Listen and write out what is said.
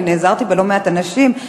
אני נעזרתי בלא-מעט אנשים,